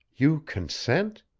you consent?